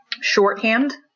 shorthand